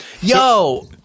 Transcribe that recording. Yo